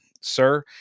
sir